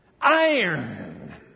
Iron